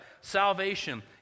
salvation